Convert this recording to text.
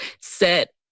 set